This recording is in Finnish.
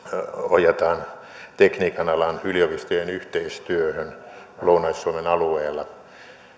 ohjataan tekniikan alan yliopistojen yhteistyöhön lounais suomen alueella